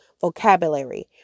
vocabulary